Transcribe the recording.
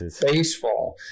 baseball